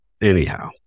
anyhow